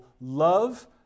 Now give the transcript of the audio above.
love